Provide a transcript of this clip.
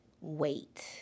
Wait